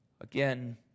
Again